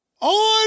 on